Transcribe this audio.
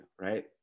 Right